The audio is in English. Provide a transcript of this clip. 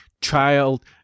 child